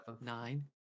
nine